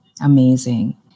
Amazing